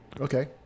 Okay